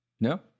No